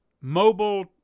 mobile